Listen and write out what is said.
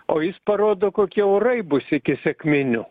o jis parodo kokie orai bus iki sekminių